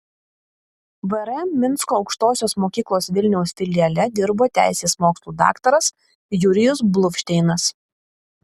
vrm minsko aukštosios mokyklos vilniaus filiale dirbo teisės mokslų daktaras jurijus bluvšteinas